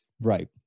Right